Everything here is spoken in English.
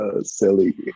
Silly